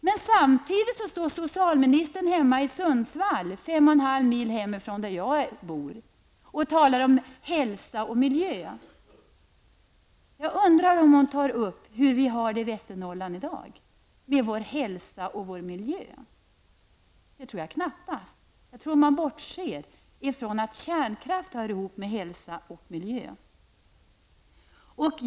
Men samtidigt står socialministern hemma i Sundsvall -- 5,5 mil från platsen där jag bor -- och talar om hälsa och miljö. Jag undrar om hon tar upp hur vi i Västernorrland i dag har det med hälsa och miljö. Det tror jag knappast. Jag tror att man bortser ifrån att kärnkraft hör ihop med hälsa och miljö.